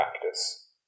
practice